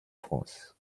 france